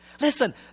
Listen